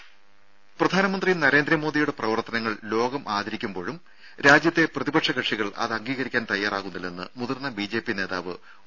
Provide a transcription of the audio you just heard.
രമേ പ്രധാനമന്ത്രി നരേന്ദ്രമോദിയുടെ പ്രവർത്തനങ്ങൾ ലോകം ആദരിക്കുമ്പോഴും രാജ്യത്തെ പ്രതിപക്ഷ കക്ഷികൾ അത് അംഗീകരിക്കാൻ തയാറാവുന്നില്ലെന്ന് മുതിർന്ന ബിജെപി നേതാവ് ഒ